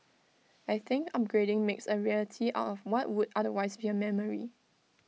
I think upgrading makes A reality out of what would otherwise be A memory